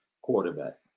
quarterback